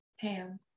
Pam